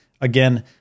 again